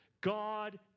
God